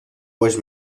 pues